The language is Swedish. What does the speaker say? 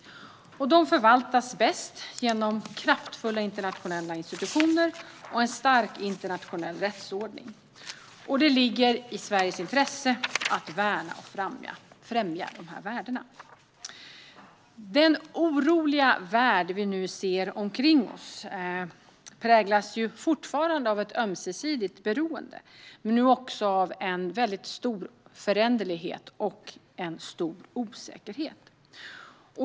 De förvaltas bäst genom kraftfulla internationella institutioner och en stark internationell rättsordning, och det ligger i Sveriges intresse att värna och främja dessa värden. Den oroliga värld vi ser omkring oss präglas fortfarande av ett ömsesidigt beroende men nu också av stor föränderlighet och osäkerhet.